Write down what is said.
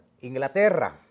Inglaterra